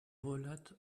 relate